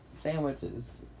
sandwiches